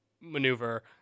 maneuver